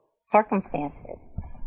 circumstances